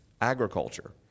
agriculture